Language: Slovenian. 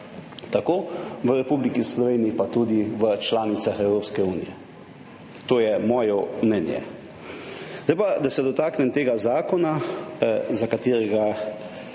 vnašamo v Republiki Sloveniji, pa tudi v članicah Evropske unije. To je moje mnenje. Naj se zdaj dotaknem tega zakona, o katerem